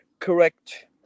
Correct